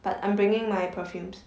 but I'm bringing my perfumes